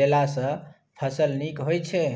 देला सॅ फस ल नीक होय छै?